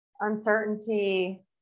uncertainty